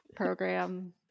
program